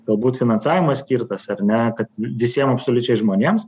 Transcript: galbūt finansavimas skirtas ar ne kad visiem absoliučiai žmonėms